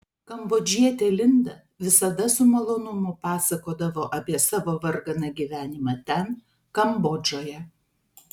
kambodžietė linda visada su malonumu pasakodavo apie savo varganą gyvenimą ten kambodžoje